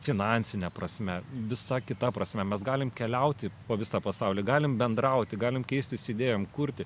finansine prasme visa kita prasme mes galim keliauti po visą pasaulį galim bendrauti galim keistis idėjom kurti